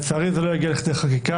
לצערי, זה לא הגיע לכדי חקיקה.